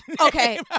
Okay